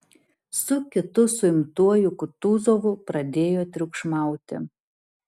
su kitu suimtuoju kutuzovu pradėjo triukšmauti